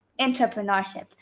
entrepreneurship